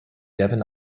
devon